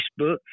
Facebook